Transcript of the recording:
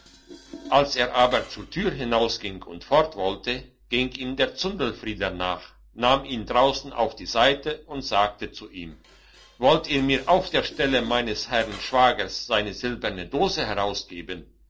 als er aber zur tür hinausging und fort wollte ging ihm der zundelfrieder nach nahm ihn draussen auf die seite und sagte zu ihm wollt ihr mir auf der stelle meines herrn schwagers seine silberne dose herausgeben